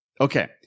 Okay